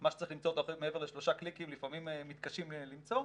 מה שצריך למצוא מעבר לשלושה קליקים לפעמים מתקשים למצוא,